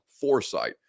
foresight